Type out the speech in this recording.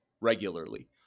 regularly